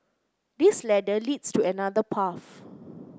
this ladder leads to another path